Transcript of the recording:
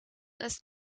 ist